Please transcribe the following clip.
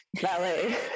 Ballet